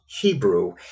Hebrew